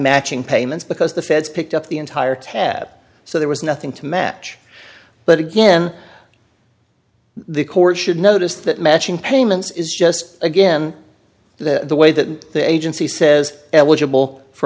matching payments because the feds picked up the entire tab so there was nothing to match but again the court should notice that matching payments is just again the way that the agency says eligible for